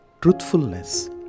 truthfulness